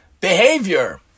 behavior